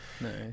Nice